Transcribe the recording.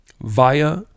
via